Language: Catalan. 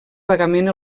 vagament